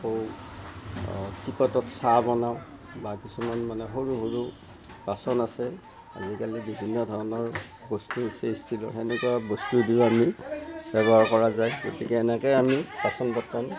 আকৌ টিপট'ত চাহ বনাওঁ বা কিছুমান মানে সৰু সৰু বাচন আছে আজিকালি বিভিন্ন ধৰণৰ বস্তুৰ সৃষ্টি হৈছে সেনেকুৱা বস্তুই দিওঁ আমি ব্যৱহাৰ কৰা যায় গতিকে এনেকৈয়ে আমি বাচন বৰ্তন